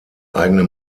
eigene